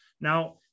Now